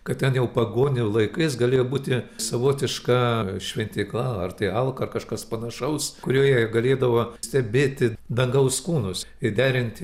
kad ten jau pagonių laikais galėjo būti savotiška šventykla ar tai alka ar kažkas panašaus kurioje galėdavo stebėti dangaus kūnus ir derinti